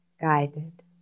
guided